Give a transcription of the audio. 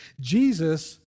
Jesus